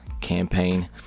campaign